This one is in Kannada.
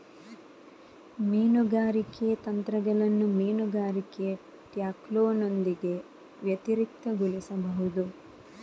ಮೀನುಗಾರಿಕೆ ತಂತ್ರಗಳನ್ನು ಮೀನುಗಾರಿಕೆ ಟ್ಯಾಕ್ಲೋನೊಂದಿಗೆ ವ್ಯತಿರಿಕ್ತಗೊಳಿಸಬಹುದು